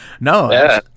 No